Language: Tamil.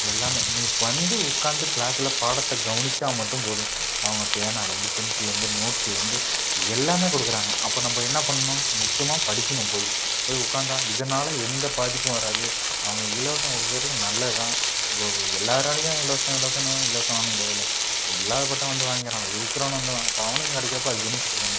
எல்லாமே நீ வந்து உக்கார்ந்து க்ளாஸில் பாடத்தை கவுனிச்சா மட்டும் போதும் அவங்க பேனாலேருந்து பென்சில்லேருந்து நோட்லேருந்து எல்லாமே கொடுக்குறாங்க அப்போ நம்ப என்ன பண்ணணும் முக்கியமாக படிக்கணும் போய் போய் உக்கார்ந்தா இதனாலே எந்த பாதிப்பும் வராது அவங்க இலவசம் கொடுக்குறது நல்லது தான் இப்போது எல்லாராலயும் இலவசம் இலவசம்னு இலவசம் வாங்க முடியாதுல்லை ஒரு இல்லாதபட்டவன் வந்து வாங்கிக்கிறான் இருக்கிறவனுந்தான் அப்போ அவனுக்கும் கிடைக்கிறப்ப அது பெனிஃபிட்டு தானே